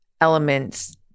elements